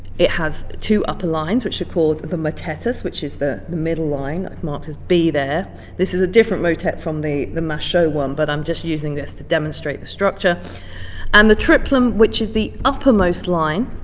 it has two upper lines, which are called the motetus, which is the the middle line i've marked as b there this is a different motet from the the machaut one but i'm just using this to demonstrate the structure and the triplum, which is the uppermost line.